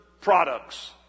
products